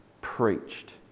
preached